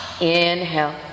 Inhale